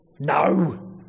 no